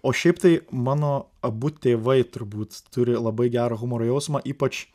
o šiaip tai mano abu tėvai turbūt turi labai gerą humoro jausmą ypač